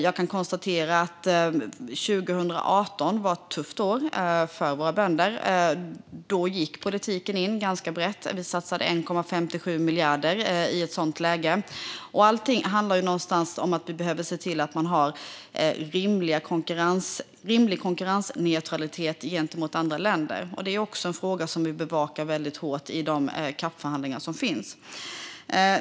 Jag kan konstatera att 2018 var ett tufft år för våra bönder. Då gick politiken in ganska brett; vi satsade 1,57 miljarder i ett sådant läge. Allting handlar någonstans om att vi behöver se till att man har rimlig konkurrensneutralitet gentemot andra länder. Det är också en fråga som vi bevakar hårt i de CAP-förhandlingar som förs.